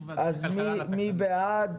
מי בעד?